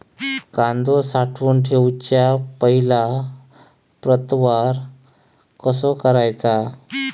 कांदो साठवून ठेवुच्या पहिला प्रतवार कसो करायचा?